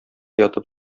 ятып